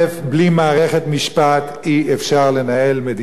בלי מערכת משפט אי-אפשר לנהל מדינה,